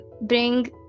bring